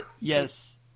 yes